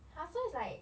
ha so is like